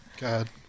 God